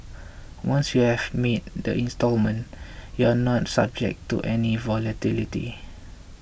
once you have made the instalment you are not subject to any volatility